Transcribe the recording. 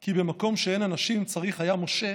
כי במקום שאין אנשים, צריך היה משה